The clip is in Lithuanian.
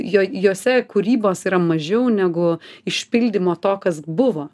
jo juose kūrybos yra mažiau negu išpildymo to kas buvo